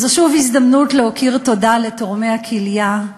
זו שוב הזדמנות להכיר תודה לתורמי הכליה.